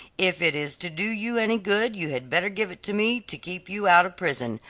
if it is to do you any good you had better give it to me to keep you out of prison,